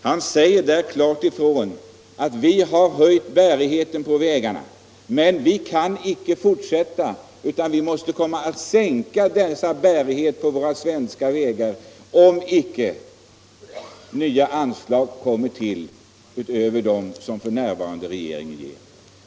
Han säger klart ifrån att vi har höjt bärigheten på vägarna, men vi kan icke fortsätta, utan vi måste sänka bärigheten på våra svenska vägar, om icke nya anslag kommer till utöver dem som regeringen f. n. ger.